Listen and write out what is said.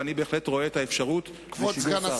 ואני בהחלט רואה את האפשרות לשיגור שר.